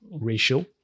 ratio